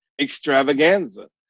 extravaganza